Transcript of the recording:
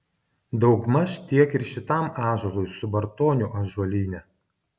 daugmaž tiek ir šitam ąžuolui subartonių ąžuolyne